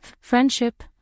friendship